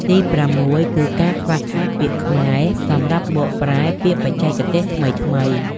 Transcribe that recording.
ទីប្រាំមួយគឺការខ្វះខាតពាក្យខ្មែរសម្រាប់បកប្រែពាក្យបច្ចេកទេសថ្មីៗ។